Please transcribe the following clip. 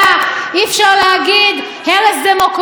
אי-אפשר להגיד הרס דמוקרטיה.